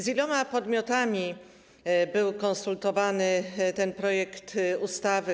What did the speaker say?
Z iloma podmiotami był konsultowany ten projekt ustawy?